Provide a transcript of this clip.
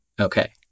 Okay